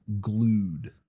glued